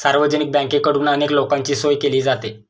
सार्वजनिक बँकेकडून अनेक लोकांची सोय केली जाते